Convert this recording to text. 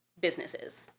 businesses